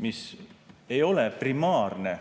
mis ei ole primaarne